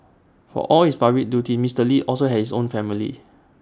for all his public duties Mister lee also had his own family